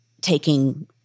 taking